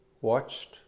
watched